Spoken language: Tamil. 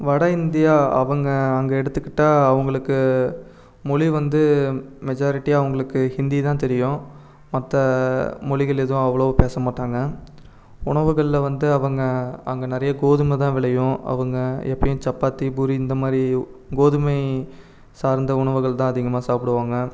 வட இந்தியா அவங்க அங்கே எடுத்துக்கிட்டால் அவங்களுக்கு மொழி வந்து மெஜாரிட்டியாக அவங்களுக்கு ஹிந்தி தான் தெரியும் மற்ற மொழிகள் எதுவும் அவ்வளோவு பேசமாட்டாங்க உணவுகளில் வந்து அவங்க அங்கே நிறைய கோதுமை தான் விளையும் அவங்க எப்போயும் சப்பாத்தி பூரி இந்த மாதிரி கோதுமை சார்ந்த உணவுகள் தான் அதிகமாக சாப்பிடுவாங்க